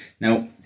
Now